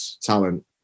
talent